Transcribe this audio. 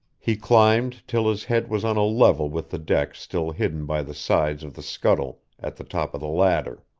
he climbed till his head was on a level with the deck still hidden by the sides of the scuttle at the top of the ladder.